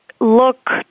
look